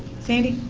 sandy